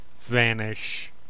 vanish